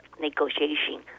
negotiation